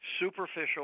superficial